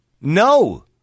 No